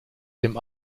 dem